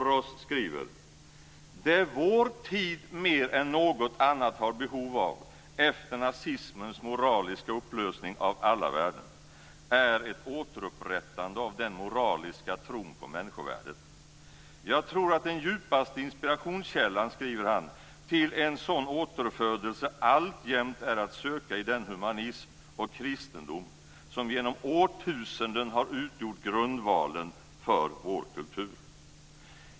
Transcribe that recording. Ross skriver: "Det vår tid mer än något annat har behov av efter nazismens moraliska upplösning av alla värden, är ett återupprättande av den moraliska tron på människovärdet. Jag tror att den djupaste inspirationskällan till en sådan återfödelse alltjämt är att söka i den humanism och kristendom som genom årtusenden har utgjort grundvalen för vår kultur."